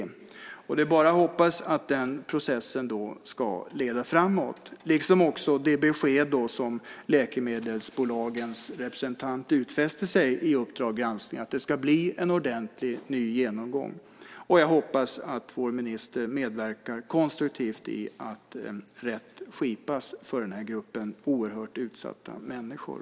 Man kan bara hoppas att den processen ska leda framåt liksom det besked som läkemedelsbolagens representant gav i Uppdrag granskning, nämligen att det ska bli en ordentlig ny genomgång. Jag hoppas att vår minister medverkar konstruktivt till att rättvisa skipas för den här gruppen oerhört utsatta människor.